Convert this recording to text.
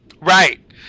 Right